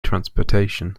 transportation